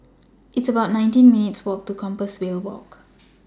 It's about nineteen minutes' Walk to Compassvale Walk